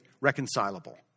reconcilable